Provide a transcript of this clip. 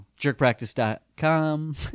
Jerkpractice.com